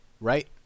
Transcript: Right